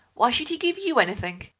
why should he give you anything?